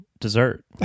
dessert